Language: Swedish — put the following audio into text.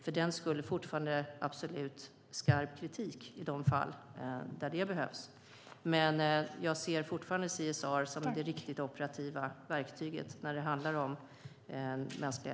För den skull är det absolut på sin plats med skarp kritik i de fall det behövs, men jag ser fortfarande CSR som det riktigt operativa verktyget när det handlar om mänskliga rättigheter.